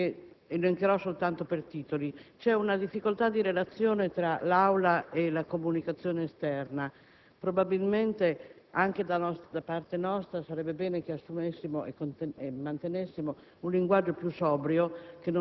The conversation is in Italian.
che elencherò soltanto per titoli. Vi è innanzi tutto una difficoltà di relazione tra l'Aula e la comunicazione esterna: probabilmente anche da parte nostra sarebbe bene che assumessimo e mantenessimo un linguaggio più sobrio